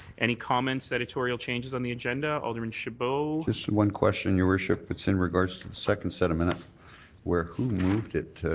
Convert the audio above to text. any comments, editorial changes on the agenda? alderman chabot? just one question, your worship. it's in regards to the second set of minutes where who moved it.